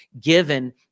given